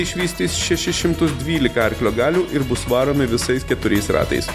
išvystys šešis šimtus dvylika arklio galių ir bus varomi visais keturiais ratais